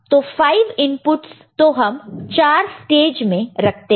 तो 5 इनपुटस तो हम 4 स्टेज में रखते हैं